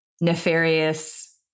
nefarious